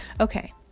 okay